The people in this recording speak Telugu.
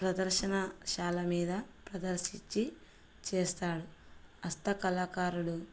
ప్రదర్శనశాల మీద ప్రదర్శించి చేస్తాడు హస్త కళాకారుడు